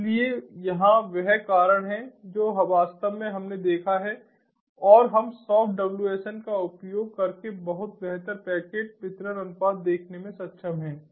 इसलिए यहां वह कारण है जो वास्तव में हमने देखा है और हम सॉफ्ट WSN का उपयोग करके बहुत बेहतर पैकेट वितरण अनुपात देखने में सक्षम हैं